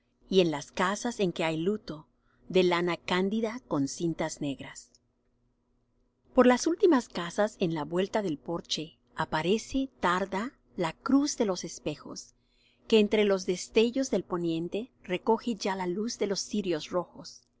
y en las casas en que hay luto de lana cándida con cintas negras por las últimas casas en la vuelta del porche aparece tarda la cruz de los espejos que entre los destellos del poniente recoge ya la luz de los cirios rojos